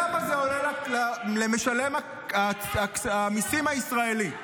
כמה זה עולה למשלם המיסים הישראלי?